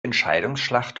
entscheidungsschlacht